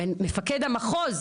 מפקד המחוז,